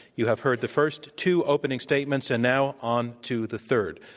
you have heard the first two opening statements, and now on to the third.